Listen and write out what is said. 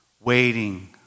waiting